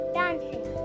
dancing